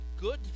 good